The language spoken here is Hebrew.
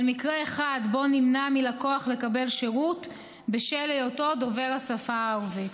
מקרה אחד שבו נמנע מלקוח לקבל שירות בשל היותו דובר השפה הערבית.